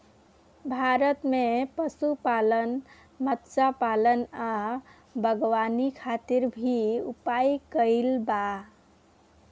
भारत में पशुपालन, मत्स्यपालन आ बागवानी खातिर भी उपाय कइल बा